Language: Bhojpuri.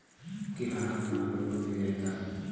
किराना दुकान पर लोन मिल जाई का?